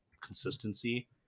consistency